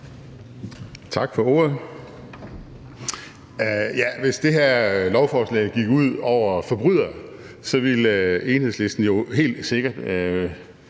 Tak for ordet. Hvis det her lovforslag gik ud over forbrydere, ville Enhedslisten jo helt sikkert